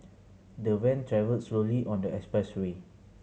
the van travelled slowly on the expressway